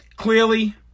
Clearly